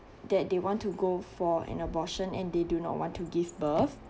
that they want to go for an abortion and they do not want to give birth